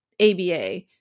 ABA